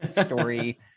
story